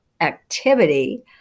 activity